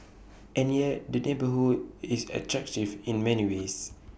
and yet the neighbourhood is attractive in many ways